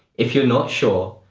if you're not sure,